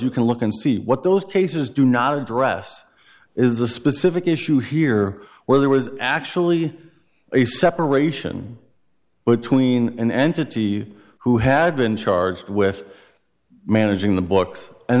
you can look and see what those cases do not address is the specific issue here where there was actually a separation between an entity who had been charged with managing the books and